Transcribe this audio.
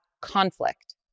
conflict